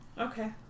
Okay